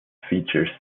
features